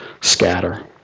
scatter